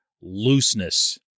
looseness